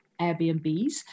airbnbs